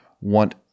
want